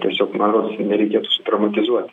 tiesiog mano nereikėtų sudramatizuoti